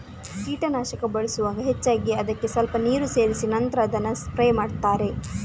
ಕೀಟನಾಶಕ ಬಳಸುವಾಗ ಹೆಚ್ಚಾಗಿ ಅದ್ಕೆ ಸ್ವಲ್ಪ ನೀರು ಸೇರಿಸಿ ನಂತ್ರ ಅದನ್ನ ಸ್ಪ್ರೇ ಮಾಡ್ತಾರೆ